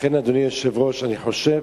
לכן, אדוני היושב-ראש, אני חושב